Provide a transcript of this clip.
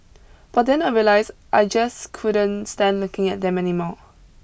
but then I realised I just couldn't stand looking at them anymore